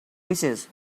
wishes